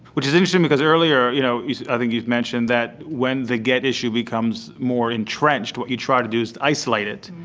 which is interesting because earlier you know i think you mentioned that when the gett issue becomes more entrenched, what you try to do is to isolate it,